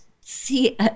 see